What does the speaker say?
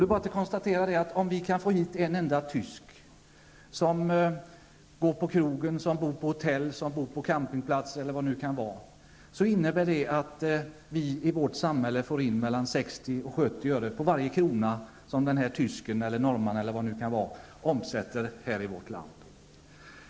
Det är bara att konstatera att om vi kan få hit en enda turist från utlandet som går på krogen, som bor på hotell eller på campingplats osv., innebär det att samhället får in mellan 60 och 70 öre på varje krona som den här tysken, norrmannen eller vad det nu kan vara omsätter i vårt land.